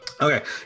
Okay